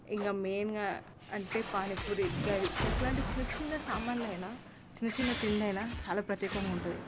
ఇంక మెయిన్గా అంటే పానీపూరి గవి అట్లాంటి చిన్న చిన్న సామాన్లు అయినా చిన్న చిన్న తిండైనా చాలా ప్రత్యేకంగా ఉంటుంది